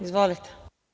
Izvolite.